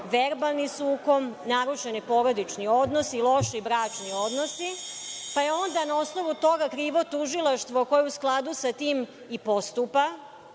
verbalni sukob, narušeni porodični odnosi, loši bračni odnosi, pa je onda na osnovu toga krivo tužilaštvo koje u skladu sa tim i postupa.